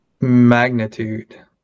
magnitude